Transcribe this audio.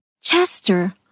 Chester